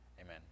Amen